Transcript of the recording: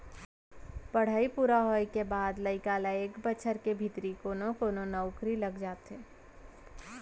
पड़हई पूरा होए के बाद लइका ल एक बछर के भीतरी कोनो कोनो नउकरी लग जाथे